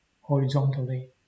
horizontally